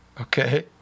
Okay